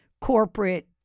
corporate